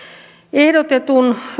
ehdotetun